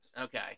Okay